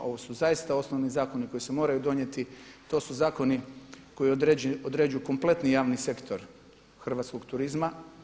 Ovu su zaista osnovni zakoni koji se moraju donijeti, to su zakoni koji određuju kompletni javni sektor hrvatskog turizma.